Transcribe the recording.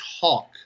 talk